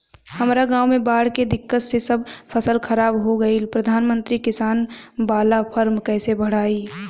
हमरा गांव मे बॉढ़ के दिक्कत से सब फसल खराब हो गईल प्रधानमंत्री किसान बाला फर्म कैसे भड़ाई?